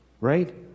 Right